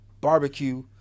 barbecue